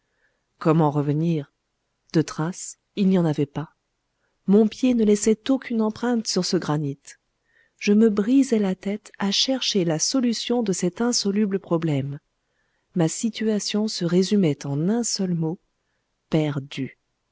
comment revenir de traces il n'y en avait pas mon pied ne laissait aucune empreinte sur ce granit je me brisais la tête à chercher la solution de cet insoluble problème ma situation se résumait en un seul mot perdu